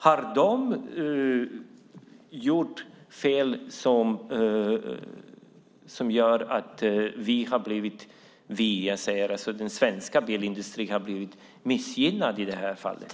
Har den gjort något som inneburit att den svenska bilindustrin i det här fallet blivit missgynnad?